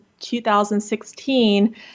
2016